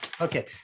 okay